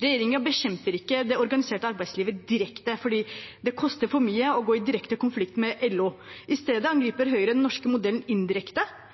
Regjeringen bekjemper ikke det organiserte arbeidslivet direkte, for det koster for mye å gå i direkte konflikt med LO. I stedet angriper Høyre den norske modellen indirekte